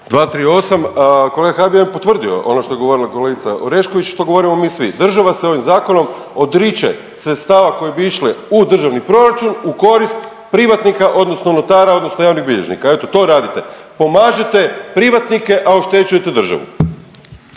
238., kolega Habijan je potvrdio ono što je govorila kolegica Orešković, što govorimo mi svi. Država se ovim zakonom odriče sredstava koji bi išli u Državni proračun u korist privatnika odnosno notara odnosno javnih bilježnika. Eto to radite. Pomažete privatnike, a oštećujete državu.